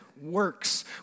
works